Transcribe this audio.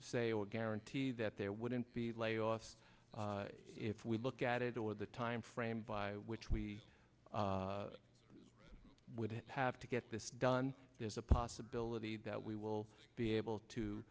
say or guarantee that there wouldn't be layoffs if we look at it or the time frame by which we would have to get this done there's a possibility that we will be able to